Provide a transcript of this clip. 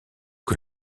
que